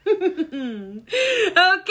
Okay